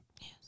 Yes